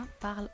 parle